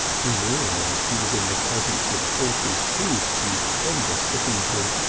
he realised he was in the presence of forces too stupendous to heed him.